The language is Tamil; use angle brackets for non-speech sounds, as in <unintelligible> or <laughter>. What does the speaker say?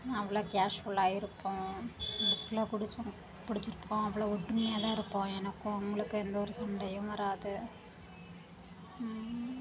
அவ்வளோ கேஸ்வலாக இருப்போம் புக்கில் <unintelligible> படிச்சி இருப்போம் அவ்வளோ ஒற்றுமையாகதான் இருப்போம் எனக்கும் அவங்களுக்கும் எந்த ஒரு சண்டையும் வராது